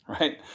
Right